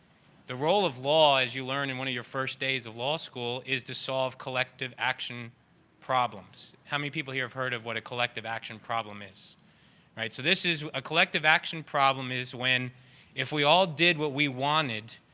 the role of law as you learn in one of your first days of law school is to solve collective action problems. how many people here have heard of what a collective action problem is? all right. so, this is a collective action problem is when if we all did what we wanted,